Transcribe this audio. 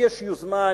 יש יוזמה,